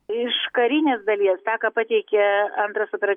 iš karinės dalies tą ką pateikė antras operat